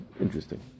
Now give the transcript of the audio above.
Interesting